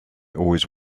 always